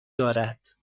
دارد